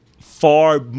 far